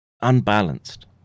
unbalanced